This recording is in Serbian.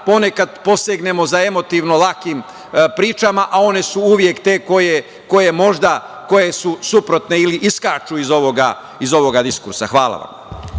ponekad posegnemo za emotivno lakim pričama, a one su uvek te koje su možda suprotne, ili iskaču iz ovog diskursa. Hvala.